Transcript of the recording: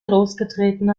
losgetreten